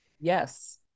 yes